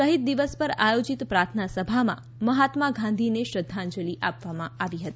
શહીદ દિવસ પર આયોજીત પ્રાર્થના સભામાં મહાત્મા ગાંધીને શ્રધ્ધાજંલી આપવામાં આવી હતી